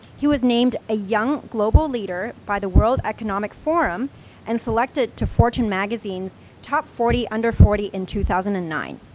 he was named a young global leader by world economic forum and selected to fortune magazineis top forty under forty in two thousand and nine.